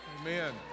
Amen